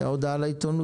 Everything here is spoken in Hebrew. הייתה הודעה לעיתונות